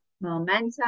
Momentum